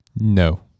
No